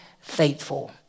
faithful